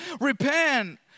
Repent